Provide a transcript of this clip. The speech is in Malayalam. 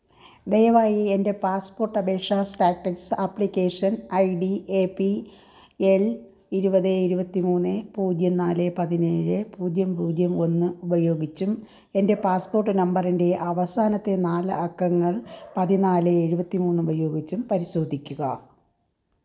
ദയവായി എൻ്റെ പാസ്പോർട്ട് അപേക്ഷാ status application ID A P L ഇരുപത് ഇരുപത്തി മൂന്ന് പൂജ്യം നാല് പതിനേഴ് പൂജ്യം പൂജ്യം ഒന്ന് ഉപയോഗിച്ചും എൻ്റെ പാസ്പോർട്ട് നമ്പറിൻ്റെ അവസാനത്തെ നാല് അക്കങ്ങൾ പതിനാല് എഴുപത്തി മൂന്ന് ഉപയോഗിച്ചും പരിശോധിക്കുക